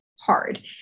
hard